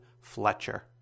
Fletcher